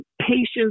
patients